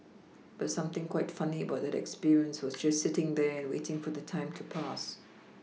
but something quite funny about that experience was just sitting there and waiting for the time to pass